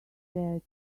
said